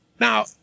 Now